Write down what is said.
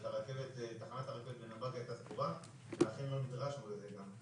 תחנת הרכבת בנתב"ג הייתה סגורה ואכן גם לא נדרשנו לזה.